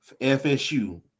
FSU